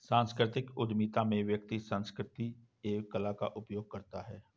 सांस्कृतिक उधमिता में व्यक्ति संस्कृति एवं कला का उपयोग करता है